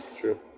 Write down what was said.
True